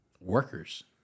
workers